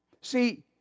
See